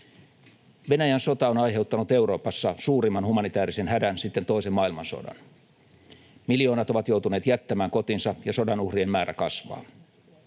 Venäjän sota on aiheuttanut Euroopassa suurimman humanitaarisen hädän sitten toisen maailmansodan. Miljoonat ovat joutuneet jättämään kotinsa, ja sodan uhrien määrä kasvaa.